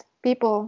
people